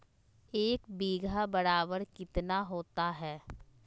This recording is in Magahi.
एक बीघा बराबर कितना होता है?